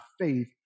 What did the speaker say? faith